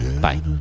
Bye